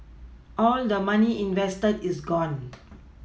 all the money invested is gone